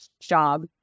job